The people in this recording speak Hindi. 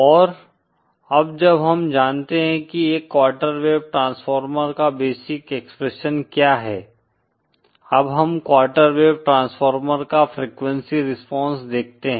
और अब जब हम जानते हैं कि एक क्वार्टर वेव ट्रांसफार्मर का बेसिक एक्सप्रेशन क्या है अब हम क्वार्टर वेव ट्रांसफार्मर का फ्रीक्वेंसी रिस्पांस देखते हैं